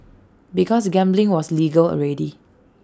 because gambling was legal already